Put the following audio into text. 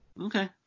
Okay